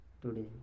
today